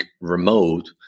remote